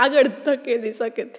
આગળ ધકેલી શકે છે